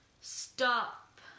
Stop